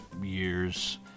years